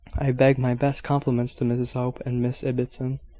i beg my best compliments to mrs hope and miss ibbotson,